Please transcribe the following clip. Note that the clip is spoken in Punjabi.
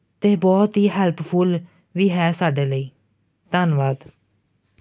ਅਤੇ ਬਹੁਤ ਹੀ ਹੈਲਪਫੁਲ ਵੀ ਹੈ ਸਾਡੇ ਲਈ ਧੰਨਵਾਦ